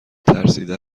ترسیده